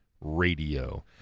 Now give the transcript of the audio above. RADIO